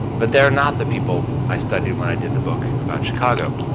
but they're not the people i studied when i did the book about chicago.